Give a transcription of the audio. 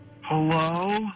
Hello